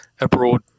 abroad